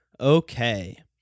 Okay